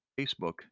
Facebook